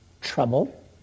Trouble